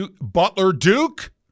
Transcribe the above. Butler-Duke